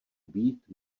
být